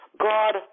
God